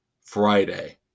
Friday